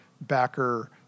backer